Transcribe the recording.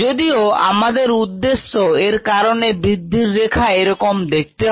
যদিও আমাদের উদ্দেশ্য এর কারনে বৃদ্ধি রেখা এরকম দেখতে হয়